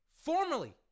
formally